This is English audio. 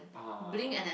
ah